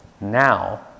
now